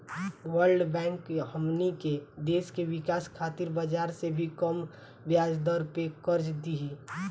world Bank हमनी के देश के विकाश खातिर बाजार से भी कम ब्याज दर पे कर्ज दिही